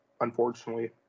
Unfortunately